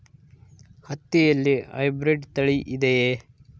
ಹತ್ತಿಯಲ್ಲಿ ಹೈಬ್ರಿಡ್ ತಳಿ ಇದೆಯೇ?